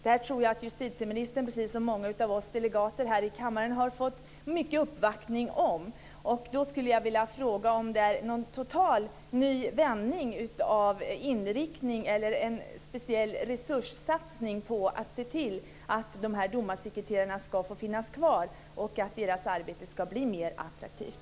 Det här tror jag att justitieministern, precis som många av oss ledamöter i kammaren, har fått mycket uppvaktning om. Då skulle jag vilja fråga om det är en totalt ny vändning när det gäller inriktningen eller om det är en speciell resurssatsning för att se till att dessa domarsekreterare ska få finnas kvar och att deras arbete ska bli mer attraktivt.